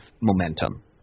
momentum